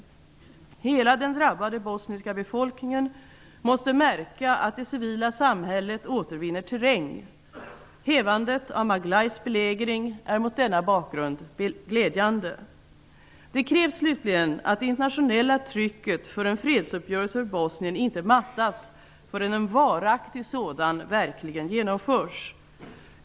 Hela den drabbade bosniska befolkningen måste märka att det civila samhället återvinner terräng. Hävandet av Maglajs belägring är mot denna bakgrund glädjande. -- Det krävs slutligen att det internationella trycket för en fredsuppgörelse för Bosnien inte mattas förrän en varaktig sådan verkligen genomförs.